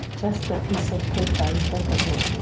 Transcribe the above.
just a piece of paper in front of me.